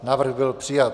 Návrh byl přijat.